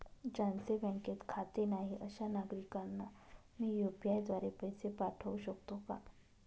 ज्यांचे बँकेत खाते नाही अशा नागरीकांना मी यू.पी.आय द्वारे पैसे पाठवू शकतो का?